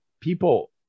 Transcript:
people